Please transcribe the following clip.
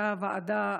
הייתה ועדה,